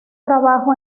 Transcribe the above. trabajo